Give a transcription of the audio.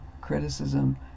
criticism